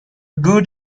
good